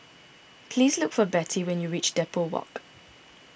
please look for Bettye when you reach Depot Walk